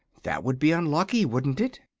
that would be unlucky, wouldn't it?